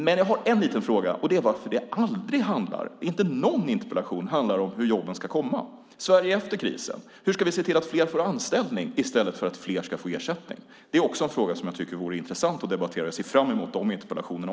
Men jag har en liten fråga, och det är varför det aldrig, inte i någon interpellation, handlar om hur jobben ska komma i Sverige efter krisen. Hur ska vi se till att fler får anställning i stället för att fler ska få ersättning?